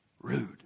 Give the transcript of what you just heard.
Rude